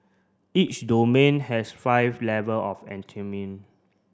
each domain has five level of